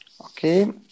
Okay